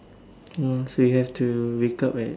oh so you have to wake up at